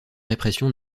répression